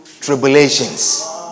tribulations